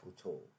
tool